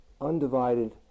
undivided